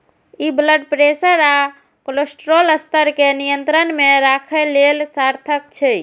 ई blood pressure आ cholesterol स्तर कें नियंत्रण मे राखै लेल सार्थक छै